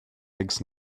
eggs